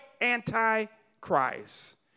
anti-Christ